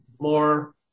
more